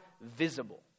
visible